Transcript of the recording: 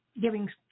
giving